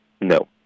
No